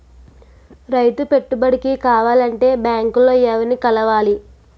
రైతు పెట్టుబడికి కావాలంటే బ్యాంక్ లో ఎవరిని కలవాలి?